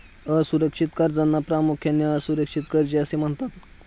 असुरक्षित कर्जांना प्रामुख्याने असुरक्षित कर्जे असे म्हणतात